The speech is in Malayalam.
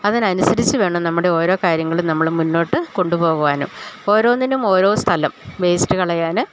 അതിനനുസരിച്ച് വേണം നമ്മുടെ ഓരോ കാര്യങ്ങളും നമ്മള് മുന്നോട്ട് കൊണ്ടുപോകുവാനും ഓരോന്നിനും ഓരോ സ്ഥലം വേസ്റ്റ് കളയാന്